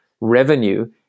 revenue